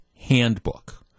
handbook